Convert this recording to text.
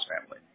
family